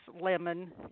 Lemon